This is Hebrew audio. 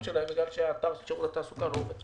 שלהם מכיוון שהאתר של שירות התעסוקה לא עובד.